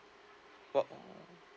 what